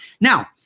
Now